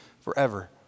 forever